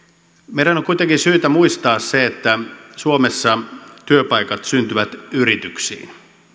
meidän on kuitenkin syytä muistaa se että suomessa työpaikat syntyvät yrityksiin